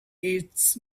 its